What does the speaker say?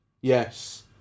Yes